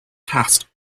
cast